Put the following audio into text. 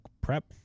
prep